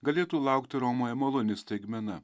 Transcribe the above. galėtų laukti romoje maloni staigmena